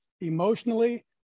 emotionally